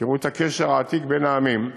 תראו את הקשר העתיק בין העמים,